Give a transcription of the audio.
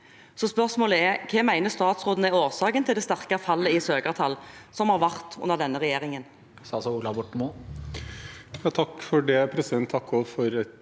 Hva mener statsråden er årsaken til det sterke fallet i søkertall som har vært under denne regjeringen?